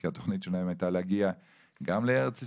כי התכנית שלהם הייתה להגיע גם לארץ ישראל,